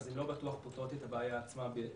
אז לא בטוח שהן פותרות את הבעיה עצמה במסגרת